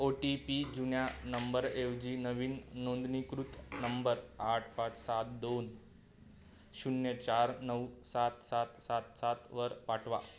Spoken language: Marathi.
ओ टी पी जुन्या नंबरऐवजी नवीन नोंदणीकृत नंबर आठ पाच सात दोन शून्य चार नऊ सात सात सात सातवर पाठवा